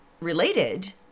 related